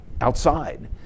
outside